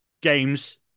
games